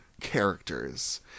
characters